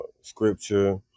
scripture